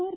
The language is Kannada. ಆರ್